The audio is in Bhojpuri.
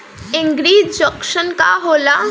एगरी जंकशन का होला?